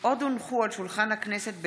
עוד הונחו על שולחן הכנסת,